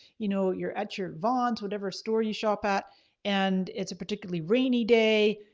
you know, you're at your vons whatever store you shop at and it's a particularly rainy day,